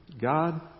God